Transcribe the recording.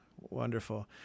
Wonderful